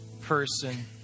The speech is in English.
person